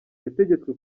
yategetswe